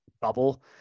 bubble